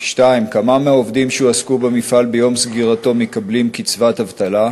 2. כמה מהעובדים שהועסקו במפעל ביום סגירתו מקבלים קצבת אבטלה?